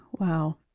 Wow